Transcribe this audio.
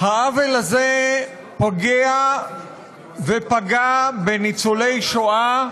העוול הזה פוגע ופגע בניצולי שואה,